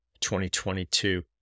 2022